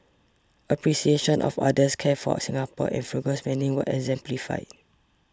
appreciation of others care for Singapore and frugal spending were exemplified